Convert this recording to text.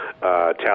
talent